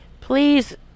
Please